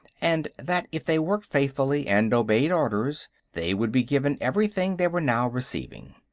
and that if they worked faithfully and obeyed orders they would be given everything they were now receiving.